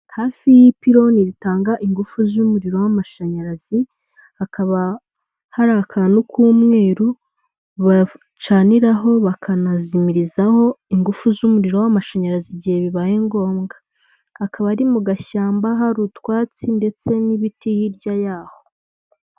Hafi y'ipiloni ritanga ingufu z'umuriro w'amashanyarazi, hakaba hari akantu k'umweru bacaniraho bakanazimirizaho ingufu z'umuriro w'amashanyarazi igihe bibaye ngombwa. Akaba ari mu gashyamba, hari utwatsi, ndetse n'ibiti hirya yaho.